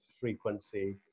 frequency